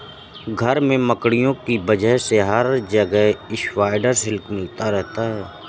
घर में मकड़ियों की वजह से हर जगह स्पाइडर सिल्क मिलता है